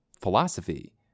philosophy